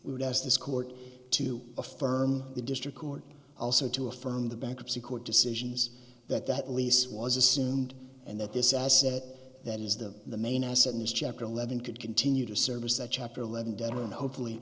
we would ask this court to affirm the district court also to affirm the bankruptcy court decisions that that lease was assumed and that this asset that is the main asset in this chapter eleven could continue to service that chapter eleven debtor and hopefully